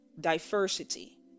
diversity